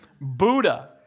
Buddha